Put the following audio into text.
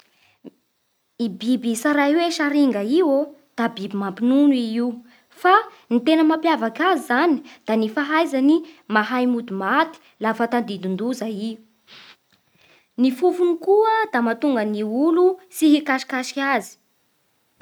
I biby tsaray hoe saringa iô da biby mampinono i io. Fa ny tena mampiavaka azy zany da ny fahaizany mahay mody maty lafa tadidin-doza i. Ny fofony koa da mahatonga ny olo tsy hikasikasika azy.